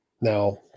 Now